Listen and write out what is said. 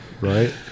Right